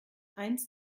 eins